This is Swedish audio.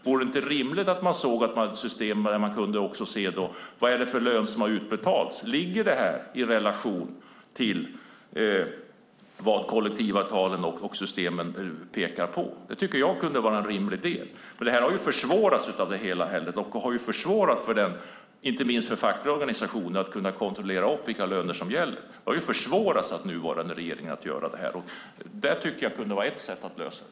Vore det inte rimligt att ha ett system där det framgår vilken lön som har utbetalats och om den är i relation till vad kollektivavtalen och systemen pekar på? Jag tycker att det kunde vara rimligt. Den nuvarande regeringen har försvårat inte minst för fackliga organisationer att kontrollera vilka löner som gäller. Jag tycker att det här kunde vara ett sätt att lösa det.